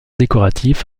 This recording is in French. décoratifs